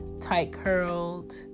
tight-curled